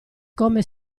come